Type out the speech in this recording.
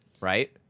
right